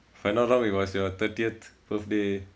if I'm not wrong it was your thirtieth birthday